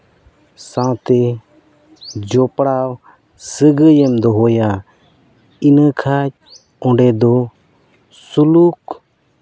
ᱥᱟᱶᱛᱮ ᱡᱚᱯᱲᱟᱣ ᱥᱟᱹᱜᱟᱹᱭ ᱮᱢ ᱫᱚᱦᱚᱭᱟ ᱤᱱᱟᱹᱠᱷᱟᱡ ᱚᱸᱰᱮ ᱫᱚ ᱥᱩᱞᱩᱠ